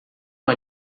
com